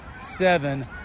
seven